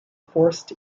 forced